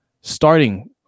starting